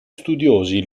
studiosi